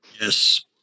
yes